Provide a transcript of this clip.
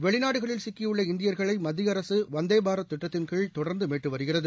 வெளிநாடுகளில் சிக்கியுள்ள இந்தியா்களை மத்திய அரசு வந்தே பாரத் திட்டத்தின்கீழ் தொடா்ந்து மீட்டு வருகிறது